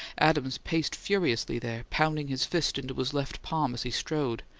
adams paced furiously there, pounding his fist into his left palm as he strode.